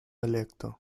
electo